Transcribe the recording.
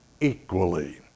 equally